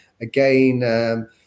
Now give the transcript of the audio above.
again